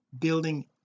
building